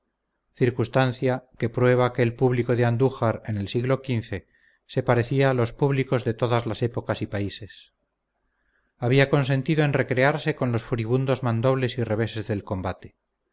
circunstancia que prueba que el público de andújar en el siglo xv se parecía a los públicos de todas las épocas y países había consentido en recrearse con los furibundos mandobles y reveses del combate